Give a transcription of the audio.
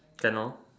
can lor